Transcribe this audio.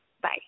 Bye